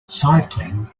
cycling